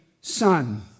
son